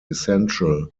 essential